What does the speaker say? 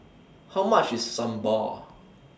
How much IS Sambar